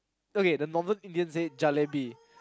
okay the normal Indians say jalebi